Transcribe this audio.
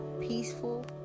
Peaceful